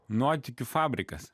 nuotykių fabrikas